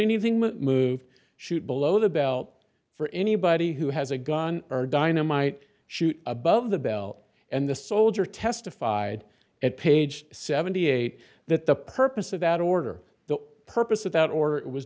anything moved shoot below the belt for anybody who has a gun or dynamite shoot above the belt and the soldier testified at page seventy eight dollars that the purpose of that order the purpose of that or was